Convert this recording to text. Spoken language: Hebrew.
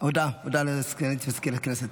הודעה לסגנית מזכיר הכנסת.